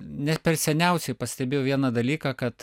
ne per seniausiai pastebėjau vieną dalyką kad